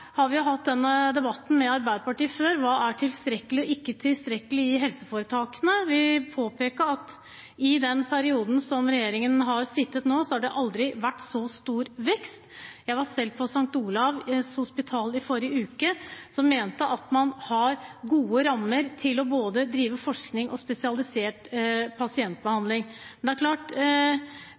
har vi hatt denne debatten med Arbeiderpartiet før: Hva er tilstrekkelig og ikke tilstrekkelig i helseforetakene? Vi vil påpeke at i den perioden som regjeringen har sittet, har det aldri vært så stor vekst. Jeg var selv på St. Olavs Hospital i forrige uke, som mente at man har gode rammer til både å drive forskning og spesialisert pasientbehandling. Det er klart,